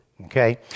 okay